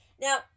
Now